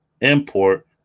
import